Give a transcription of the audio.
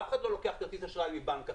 אף אחד לא לוקח כרטיס אשראי מבנק אחר.